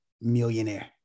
millionaire